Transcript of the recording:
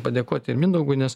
padėkoti ir mindaugui nes